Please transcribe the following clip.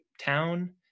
town